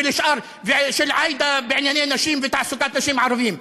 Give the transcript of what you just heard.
ושל עאידה בענייני נשים ותעסוקת נשים ערביות?